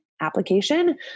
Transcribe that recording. application